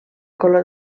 color